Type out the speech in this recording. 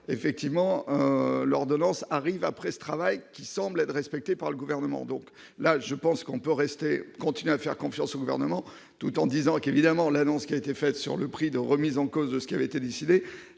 effectivement l'ordonnance arrive après ce travail, qui semble être respecté par le gouvernement, donc là je pense qu'on peut rester continuer à faire confiance au gouvernement tout en disant qu'évidemment l'annonce qui a été faite sur le prix de remise en cause de ce qui avait été décidé